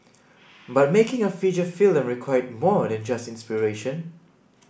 but making a feature film required more than just inspiration